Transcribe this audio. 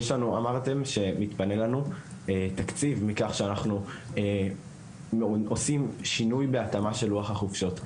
אמרתם שמתפנה לנו תקציב כשאנחנו עושים שינוי בהתאמה של לוח החופשות.